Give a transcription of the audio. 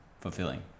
fulfilling